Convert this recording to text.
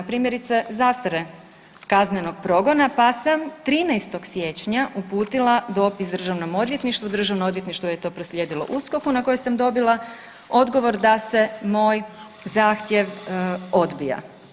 Primjerice zastare kaznenog progona, pa sam 13. siječnja uputila dopis Državnom odvjetništvu, Državno odvjetništvo je to proslijedilo USKOK-u na koje sam dobila odgovor da se moj zahtjev odbija.